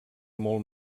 molt